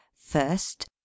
First